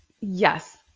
Yes